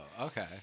okay